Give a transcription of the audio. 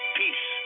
peace